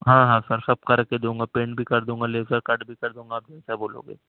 ہاں ہاں سر سب کر کے دوں گا پینٹ بھی کر دوں گا لیزر کٹ بھی کر دوں گا آپ جیسا بولو گے